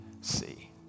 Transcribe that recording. see